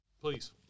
please